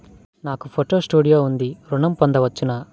నాకు photo studio ఉంది ఋణం పొంద వచ్చునా?